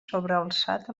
sobrealçat